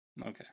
Okay